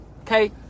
Okay